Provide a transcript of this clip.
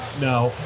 no